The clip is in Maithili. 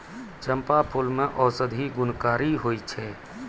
चंपा फूल मे औषधि गुणकारी होय छै